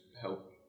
help